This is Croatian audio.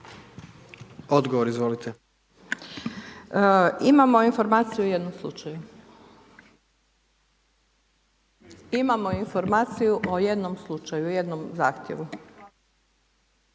Nada (HDZ)** Imamo informaciju o jednom slučaju. Imamo informaciju o jednom slučaju, jednom zahtjevu.